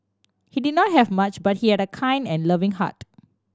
he did not have much but he had a kind and loving heart